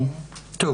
אנחנו